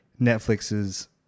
Netflix's